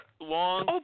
long